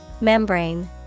Membrane